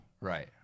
Right